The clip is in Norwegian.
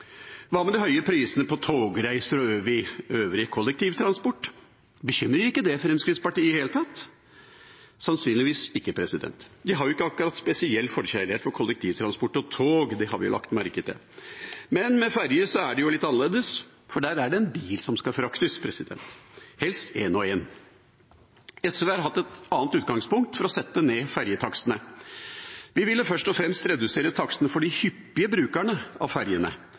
Hva med de høye prisene på togreiser og øvrig kollektivtransport? Bekymrer ikke det Fremskrittspartiet i det hele tatt? Sannsynligvis ikke. De har jo ikke akkurat noen spesiell forkjærlighet for kollektivtransport og tog, det har vi lagt merke til. Men med ferje er det litt annerledes, for der er det en bil som skal fraktes, helst én og én. SV har hatt et annet utgangspunkt for å sette ned ferjetakstene. Vi ville først og fremst redusere takstene for de hyppige brukerne av ferjene,